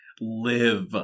live